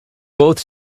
both